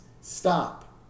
Stop